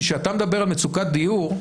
כי כשאתה מדבר על מצוקת דיור,